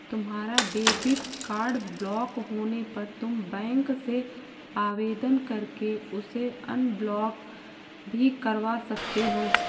तुम्हारा debit card block होने पर तुम बैंक से आवेदन करके उसे अनब्लॉक भी करवा सकते हो